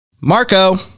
Marco